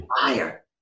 fire